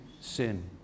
sin